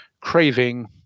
craving